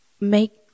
make